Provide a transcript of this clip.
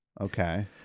Okay